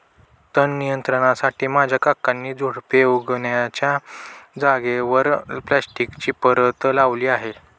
तण नियंत्रणासाठी माझ्या काकांनी झुडुपे उगण्याच्या जागेवर प्लास्टिकची परत लावली आहे